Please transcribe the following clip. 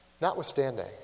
Notwithstanding